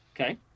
Okay